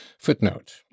Footnote